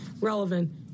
relevant